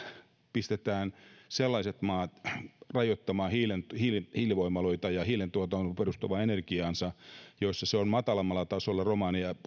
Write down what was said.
pistetään sellaiset maat rajoittamaan hiilivoimaloitaan ja hiileen perustuvaa energiantuotantoaan joissa se on matalammalla tasolla mutta romaniassa ja